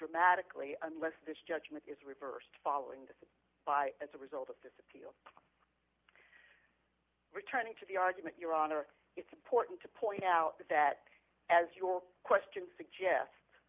dramatically unless this judgment is reversed following this by as a result of this returning to the argument your honor it's important to point out that as your question suggest